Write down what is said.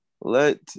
Let